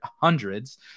hundreds